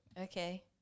okay